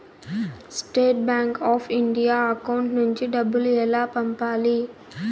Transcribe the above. State Bank of India account నుంచి డబ్బులు ఎలా పంపాలి?